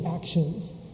actions